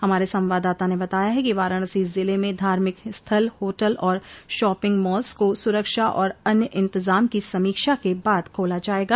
हमारे संवाददाता ने बताया है कि वाराणसी जिले में धार्मिक स्थल होटल और शॉपिंग मॉल को सुरक्षा और अन्य इंतजाम की समीक्षा के बाद खोला जायेगा